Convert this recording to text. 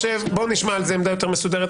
בוא נשמע על זה עמדה יותר מסודרת.